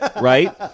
right